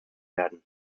werden